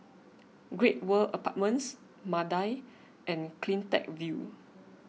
Great World Apartments Mandai and CleanTech View